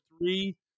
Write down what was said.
three